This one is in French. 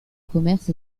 commerce